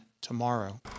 tomorrow